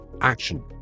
action